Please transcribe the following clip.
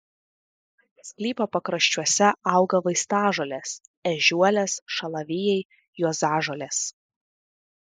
sklypo pakraščiuose auga vaistažolės ežiuolės šalavijai juozažolės